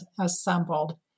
assembled